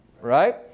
right